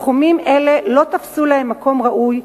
תחומים אלה לא תפסו להם מקום ראוי,